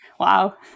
Wow